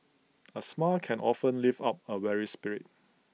A smile can often lift up A weary spirit